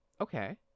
Okay